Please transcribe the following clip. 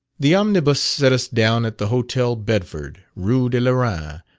the omnibus set us down at the hotel bedford, rue de l'arend,